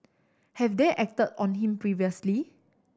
have they acted on him previously